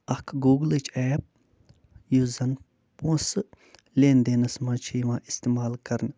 اَکھ گوٗگلٕچ ایپ یُس زَنہٕ پونٛسہٕ لین دینَس منٛز چھِ یِوان اِستعمال کرنہٕ